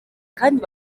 kandi